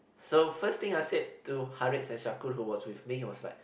so first thing I said to Harris and Shaku who was with me was like